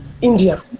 India